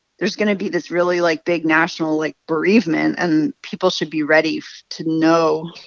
there's going to be this really, like, big national, like, bereavement. and people should be ready to know.